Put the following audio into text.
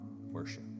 worship